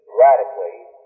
radically